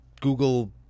Google